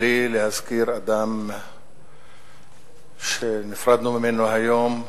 מבלי להזכיר אדם שנפרדנו ממנו היום,